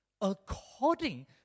according